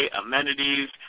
amenities